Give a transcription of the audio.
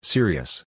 Serious